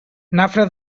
nafra